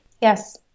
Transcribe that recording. Yes